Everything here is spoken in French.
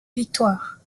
victoires